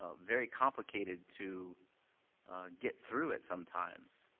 ah very complicated to get through it sometimes.